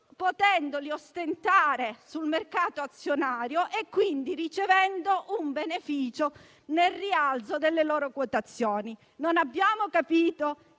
potendoli ostentare sul mercato azionario e quindi ricevendo un beneficio nel rialzo delle loro quotazioni. Non abbiamo capito